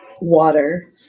water